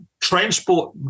transport